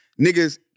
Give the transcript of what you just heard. niggas